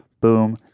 Boom